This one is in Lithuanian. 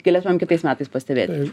galėtumėm kitais metais pastebėti